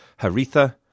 Haritha